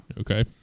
okay